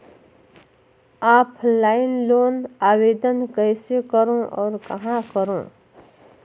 Offline loan आवेदन कइसे करो और कहाँ करो?